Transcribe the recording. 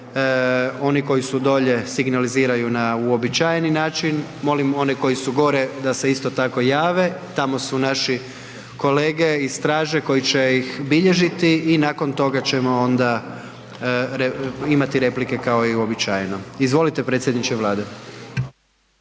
oni koji su dolje signaliziraju na uobičajeni način, molim one koji su gore da se isto tako jave, tamo su naši kolege iz straže koji će ih bilježiti i nakon toga ćemo onda imati replike kao i uobičajeno. Izvolite predsjedniče Vlade.